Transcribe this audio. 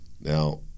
Now